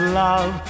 love